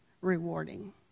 rewarding